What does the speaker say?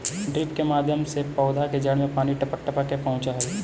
drip के माध्यम से पौधा के जड़ में पानी टपक टपक के पहुँचऽ हइ